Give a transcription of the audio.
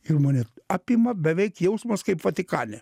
ir mane apima beveik jausmas kaip vatikane